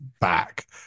back